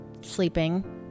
sleeping